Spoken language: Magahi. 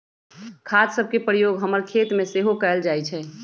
खाद सभके प्रयोग हमर खेतमें सेहो कएल जाइ छइ